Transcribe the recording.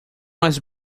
was